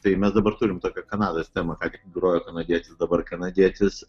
tai mes dabar turim tokią kanados temą ka tik grojo kanadietis dabar kanadietis